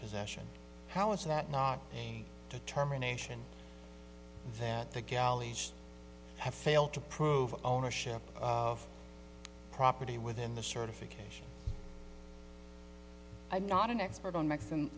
possession how is that not a determination that the galleys have failed to prove ownership of property within the certification i'm not an expert on mexican